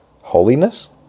holiness